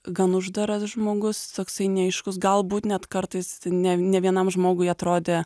gan uždaras žmogus toksai neaiškus galbūt net kartais ne ne vienam žmogui atrodė